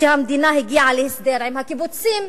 שהמדינה הגיעה להסדר עם הקיבוצים.